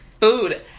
food